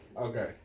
Okay